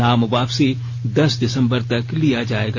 नाम वापसी दस दिसंबर तक लिया जाएगा